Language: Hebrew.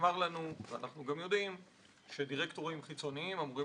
נאמר לנו ואנחנו גם יודעים שדירקטורים חיצוניים אמורים